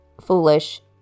foolish